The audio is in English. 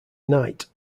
night